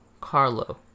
Carlo